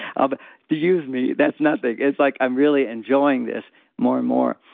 ah but use me, that's nothing. it's like i'm really enjoying this more and more.